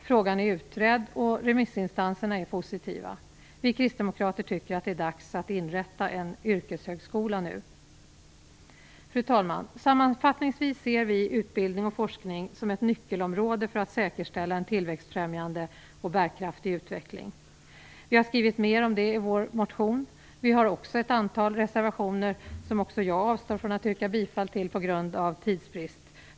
Frågan är utredd, och remissinstanserna är positiva. Vi kristdemokrater tycker att det är dags att inrätta en yrkeshögskola nu. Fru talman! Sammanfattningsvis ser vi utbildning och forskning som ett nyckelområde för att säkerställa en tillväxtfrämjande och bärkraftig utveckling. Vi har skrivit mer om det i vår motion. Vi har också ett antal reservationer som också jag avstår från att yrka bifall till på grund av tidsbrist.